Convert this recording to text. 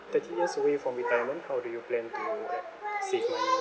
thirty years away from retirement how do you plan to like save your money